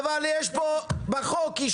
אבל במקרה הזה אתה טועה בעובדות.